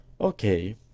Okay